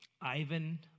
Ivan